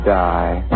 die